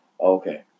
Okay